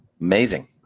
Amazing